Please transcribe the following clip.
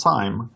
time